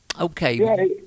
Okay